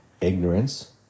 Ignorance